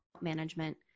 management